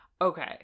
okay